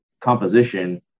composition